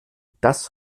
das